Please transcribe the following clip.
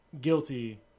guilty